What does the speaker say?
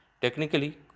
Technically